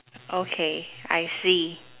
okay I see